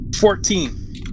Fourteen